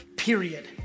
Period